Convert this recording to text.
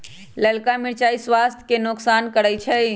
ललका मिरचाइ स्वास्थ्य के नोकसान करै छइ